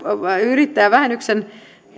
yrittäjävähennyksen